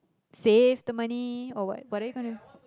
save the money or what what are you gonna